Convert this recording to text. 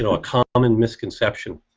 and a common misconception